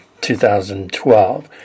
2012